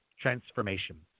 transformation